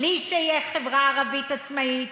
בלי שתהיה חברה ערבית עצמאית,